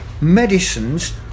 medicines